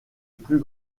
plus